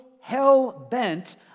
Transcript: hell-bent